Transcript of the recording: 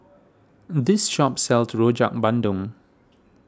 this shop sells Rojak Bandung